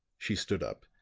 she stood up.